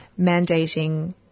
mandating